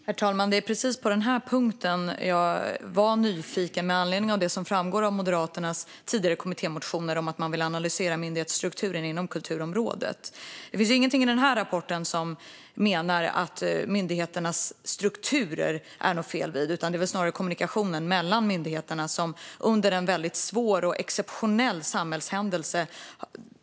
Herr talman! Det är på precis den här punkten jag är nyfiken med anledning av det som framgår av Moderaternas tidigare kommittémotioner om att analysera myndighetsstrukturen inom kulturområdet. Man menar ju ingenstans i den här rapporten att det är något fel på myndigheternas strukturer. Det handlar snarare om kommunikationen mellan myndigheterna under en väldigt svår och exceptionell samhällshändelse.